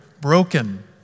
broken